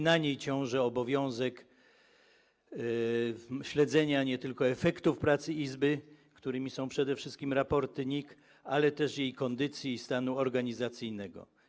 Na niej ciąży obowiązek śledzenia nie tylko efektów pracy Izby, którymi są przede wszystkim raporty NIK, ale też jej kondycji i stanu organizacyjnego.